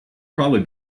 probably